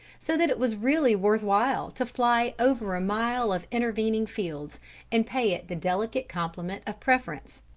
so that it was really worth while to fly over a mile of intervening fields and pay it the delicate compliment of preference.